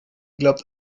glaubt